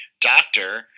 doctor